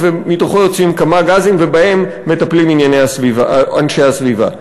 ומתוכו יוצאים כמה גזים ובהם מטפלים אנשי סביבה.